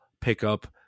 pickup